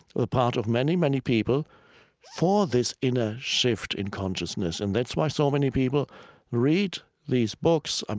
ah the part of many, many people for this inner shift in consciousness, and that's why so many people read these books. um